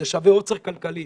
זה שווה עוצר כלכלי.